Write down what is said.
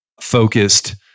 focused